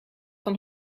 van